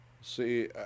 See